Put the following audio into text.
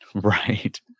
Right